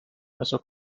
casó